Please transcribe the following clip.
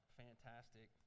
fantastic